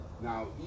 Now